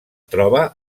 troba